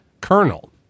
kernel